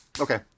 okay